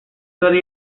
study